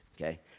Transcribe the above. okay